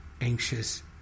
anxious